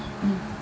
mm